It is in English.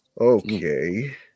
Okay